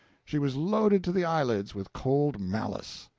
she was loaded to the eyelids with cold malice.